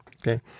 Okay